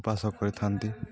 ଉପାସ କରିଥାନ୍ତି